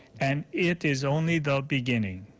and it is only the beginning.